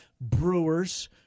Brewers